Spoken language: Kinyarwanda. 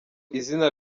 izina